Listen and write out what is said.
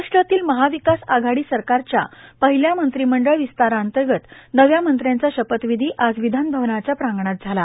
महाराष्ट्रातील महाविकास आघाडी सरकारच्या पहिल्या मंत्रिमंडळ विस्ताराअंतर्गत नव्या मंत्र्यांचा शपधविधी आज विधानभवनाच्या प्रागंणात झाला